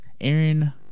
Aaron